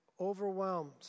overwhelmed